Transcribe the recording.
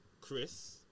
Chris